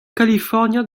kalifornia